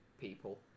people